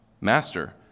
Master